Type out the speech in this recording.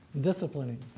disciplining